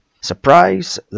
Surprise